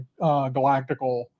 galactical